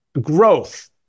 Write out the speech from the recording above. growth